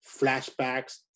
flashbacks